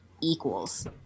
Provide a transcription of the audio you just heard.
equals